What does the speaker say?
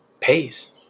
pays